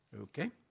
Okay